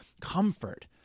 comfort